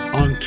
on